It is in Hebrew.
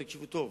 תקשיבו טוב,